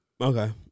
Okay